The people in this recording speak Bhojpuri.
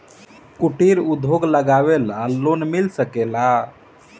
कुटिर उद्योग लगवेला लोन मिल सकेला?